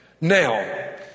Now